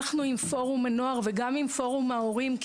אנחנו עם פורום הנוער וגם עם פורום ההורים,